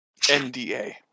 NDA